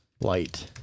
light